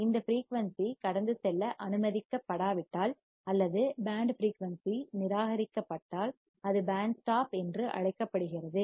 இந்த ஃபிரீயூன்சி கடந்து செல்ல அனுமதிக்கப்படாவிட்டால் அல்லது பேண்ட் ஃபிரீயூன்சி நிராகரிக்கப்பட்டால் அது ஸ்டாப் பேண்ட் என்று அழைக்கப்படுகிறது